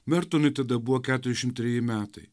mertonui tada buvo keturiašim treji metai